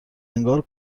انگار